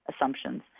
assumptions